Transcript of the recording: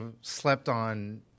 slept-on